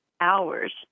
hours